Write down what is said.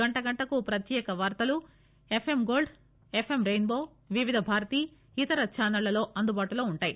గంట గంటకూ ప్రత్యేక వార్తలు F M gold F M rainbow Vividh Bharati ఇతర ఛానళ్ళలో అందుబాటులో వుంటాయి